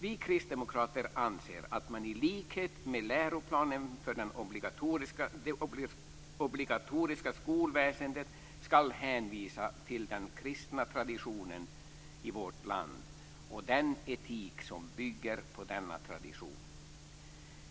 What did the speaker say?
Vi kristdemokrater anser att man i likhet med läroplanen för det obligatoriska skolväsendet skall hänvisa till den kristna traditionen i vårt land och den etik som bygger på denna tradition.